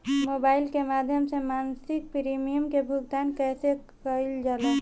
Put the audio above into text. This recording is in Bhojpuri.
मोबाइल के माध्यम से मासिक प्रीमियम के भुगतान कैसे कइल जाला?